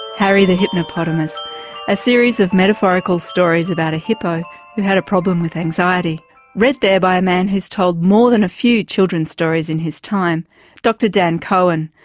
harry the hypnopotamus a series of metaphorical stories about a hippo who had a problem with anxiety read there by a man who's told more than a few children's stories in his time dr dan kohen,